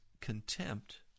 contempt